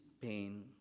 pain